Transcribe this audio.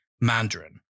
Mandarin